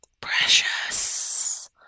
Precious